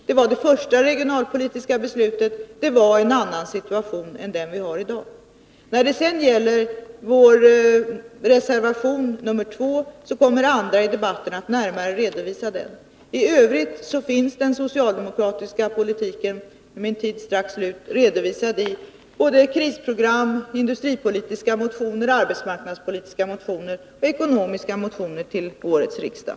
Det var det första regionalpolitiska beslutet, och det var en annan situation än den vi har i dag. Andra talare i debatten kommer att närmare redovisa vår reservation nr 2. Tövrigt finns den socialdemokratiska politiken redovisad i både krisprogram, industripolitiska motioner, arbetsmarknadspolitiska motioner och motioner om den ekonomiska politiken till årets riksdag.